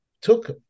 took